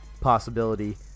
possibility